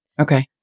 Okay